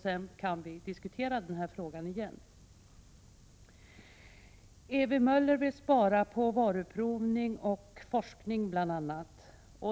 Sedan kan vi diskutera frågan igen. Ewy Möller vill spara inom varuprovning och forskning.